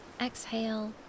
Exhale